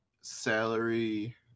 salary